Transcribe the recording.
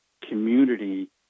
community